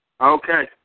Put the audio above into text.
Okay